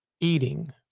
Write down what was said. eating